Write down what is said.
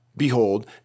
Behold